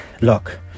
look